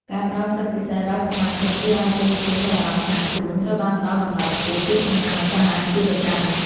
ការផ្តល់សិទ្ធិពិសេសដល់សមាជិកជួយឱ្យអតិថិជនមានអារម្មណ៍ថា ខ្លួនត្រូវបានផ្តល់តម្លៃខ្ពស់ពីសំណាក់ម្ចាស់អាជីវកម្ម។